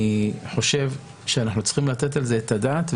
אני חושב שאנחנו צריכים לתת על זה את הדעת,